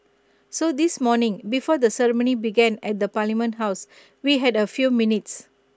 so this morning before the ceremony began at parliament house we had A few minutes